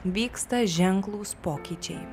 vyksta ženklūs pokyčiai